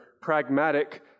pragmatic